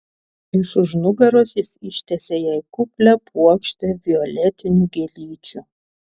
iš už nugaros jis ištiesė jai kuplią puokštę violetinių gėlyčių